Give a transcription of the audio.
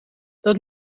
dat